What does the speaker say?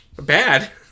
Bad